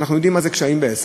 ואנחנו יודעים מה זה קשיים בעסק,